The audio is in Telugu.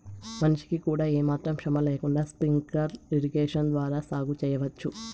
మనిషికి కూడా ఏమాత్రం శ్రమ లేకుండా స్ప్రింక్లర్ ఇరిగేషన్ ద్వారా సాగు చేయవచ్చు